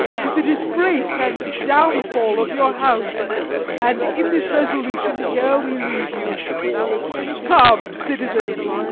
to the disgrace and downfall of your house and in this resolution here we leave you come, citizens,